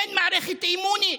אין מערכת אימונית,